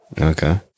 Okay